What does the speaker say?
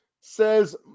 says